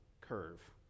curve